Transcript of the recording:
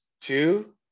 two